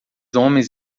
homens